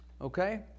Okay